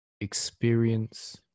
experience